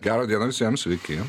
gerą dieną visiems sveiki